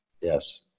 Yes